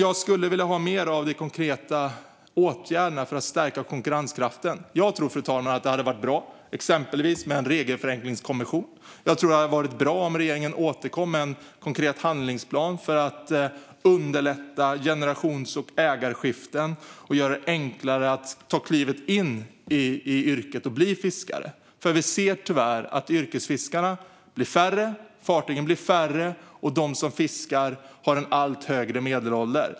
Jag skulle vilja ha mer av konkreta åtgärder för att stärka konkurrenskraften. Jag tror att det hade varit bra med exempelvis en regelförenklingskommission. Jag tror att det hade varit bra om regeringen återkom med en konkret handlingsplan för att underlätta för generations och ägarskiften och för att göra det enklare att ta klivet in i yrket och bli fiskare. Vi ser tyvärr att yrkesfiskarna blir färre, att fartygen blir färre och att de som fiskar har allt högre medelålder.